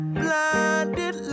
blinded